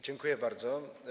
Dziękuję bardzo.